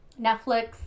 Netflix